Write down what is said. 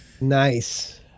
nice